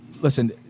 Listen